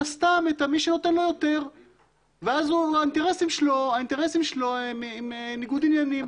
הסתם את מי שנותן לו יותר ואז האינטרסים שלו הם ניגוד עניינים.